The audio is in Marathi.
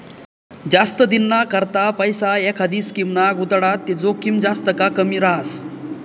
जास्त दिनना करता पैसा एखांदी स्कीममा गुताडात ते जोखीम जास्त का कमी रहास